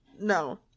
no